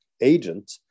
agent